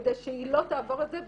כדי שהיא לא תעבור את זה.